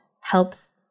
helps